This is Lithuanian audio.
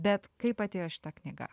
bet kaip atėjo šita knyga